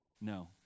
No